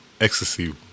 Ecstasy